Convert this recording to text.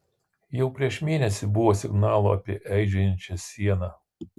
jau prieš mėnesį buvo signalų apie aižėjančią sieną